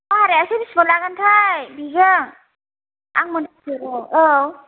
भारायासो बिसिबां लागोनथाय बेजों आं मिनथिया औ